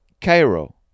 Cairo